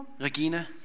Regina